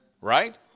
Right